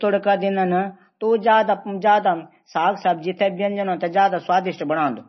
तुडका दींदन त ऊ साग सबजी ज्यादा स्वादिष्ट बणादू।